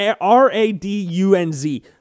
R-A-D-U-N-Z